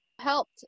helped